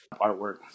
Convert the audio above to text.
artwork